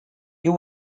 you